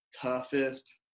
toughest